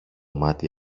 μάτι